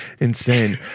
Insane